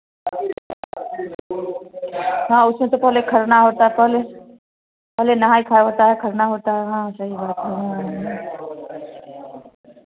हाँ उसमें तो पहले खरना होता है पहले पहले नहा खा होता खरना होता है हाँ सही बात है हाँ